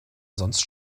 sonst